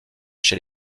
chez